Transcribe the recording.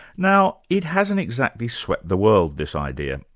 now it hasn't exactly swept the world, this idea,